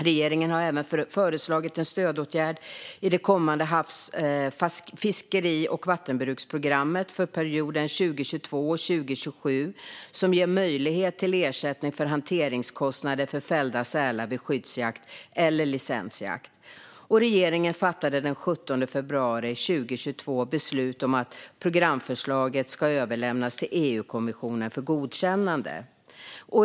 Regeringen har även föreslagit en stödåtgärd i det kommande havs, fiskeri och vattenbruksprogrammet för perioden 2022-2027 som ger möjlighet till ersättning för hanteringskostnader för fällda sälar vid skyddsjakt eller licensjakt. Regeringen fattade den 17 februari 2022 beslut om att programförslaget ska överlämnas till EU-kommissionen för godkännande.